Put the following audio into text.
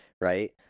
right